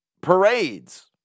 parades